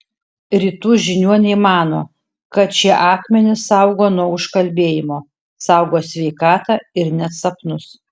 rytų žiniuoniai mano kad šie akmenys saugo nuo užkalbėjimo saugo sveikatą ir net sapnus